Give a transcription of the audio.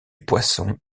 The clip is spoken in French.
poisson